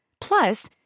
Plus